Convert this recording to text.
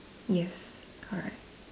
yes correct